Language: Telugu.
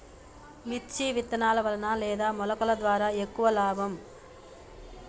మిర్చి విత్తనాల వలన లేదా మొలకల ద్వారా ఎక్కువ లాభం?